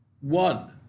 one